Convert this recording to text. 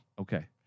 Okay